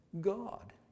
God